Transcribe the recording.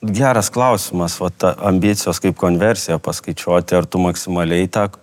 geras klausimas vat ta ambicijos kaip konversiją paskaičiuoti ar tu maksimaliai tą